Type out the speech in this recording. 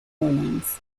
orleans